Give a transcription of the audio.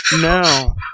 No